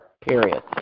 period